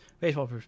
Baseball